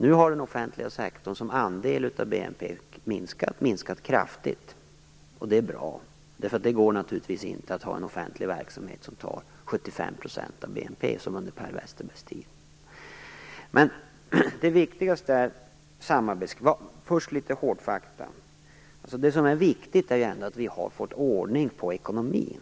Nu har den offentliga sektorns andel av BNP minskat kraftigt. Det är bra, därför att det naturligtvis inte går att ha en offentlig verksamhet som upptar 75 % av BNP, som under Per Här är litet hårdfakta: Det viktiga är ändå att vi har fått ordning på ekonomin.